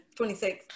26